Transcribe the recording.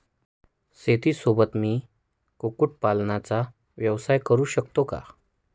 शेतीसोबत मी कुक्कुटपालनाचा व्यवसाय करु शकतो का?